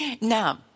Now